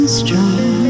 strong